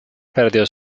perdió